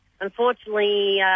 Unfortunately